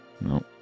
No